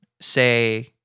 say